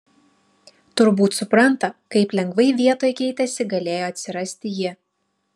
turbūt supranta kaip lengvai vietoj keitėsi galėjo atsirasti ji